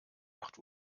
acht